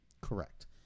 correct